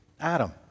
Adam